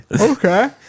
Okay